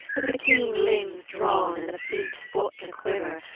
with the keen limbs drawn and the fleet foot a-quiver,